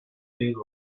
been